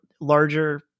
larger